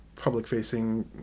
public-facing